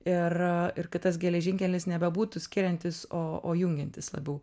ir ir kitas geležinkelis nebebūtų skiriantis o o jungiantis labiau